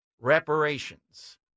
reparations